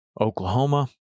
Oklahoma